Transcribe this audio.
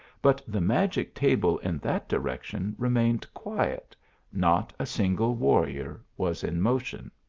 but the magic table in that direction remained quiet not a single warrior was in motion.